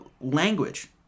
language